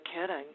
kidding